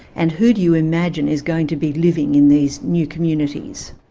and who do you imagine is going to be living in these new communities?